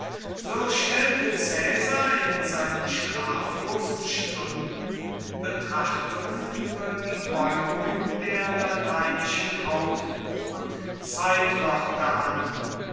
so stellte caesar in seinen schlaflosen stunden betrachtungen über die beugungen der lateinischen haupt und zeitwörter an